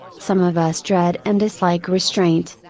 some of us dread and dislike restraint,